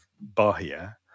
Bahia